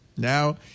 Now